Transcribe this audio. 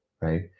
right